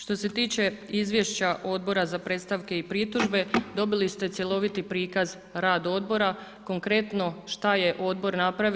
Što se tiče izvješća Odbora za predstavke i pritužbe, dobili ste cjeloviti prikaz rada odbora, konkretno, šta je odbor napravio.